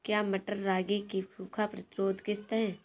क्या मटर रागी की सूखा प्रतिरोध किश्त है?